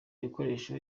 ibikoresho